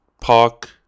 Park